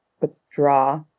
withdraw